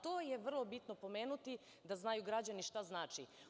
To je vrlo bitno pomenuti da znaju građani šta znači.